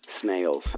snails